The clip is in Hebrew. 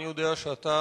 אני יודע שאתה,